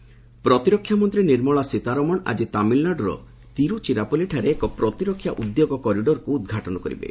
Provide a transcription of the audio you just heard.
Sitharaman corridor ପ୍ରତିରକ୍ଷାମନ୍ତ୍ରୀ ନିର୍ମଳା ସୀତାରମଣ ଆଜି ତାମିଲନାଡୁର ତିରୁଚିରାପଲିଠାରେ ଏକ ପ୍ରତିରକ୍ଷା ଉଦ୍ୟୋଗ କରିଡରକୁ ଉଦ୍ଘାଟନ କରିବେ